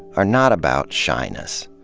are not about shyness.